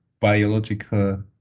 biological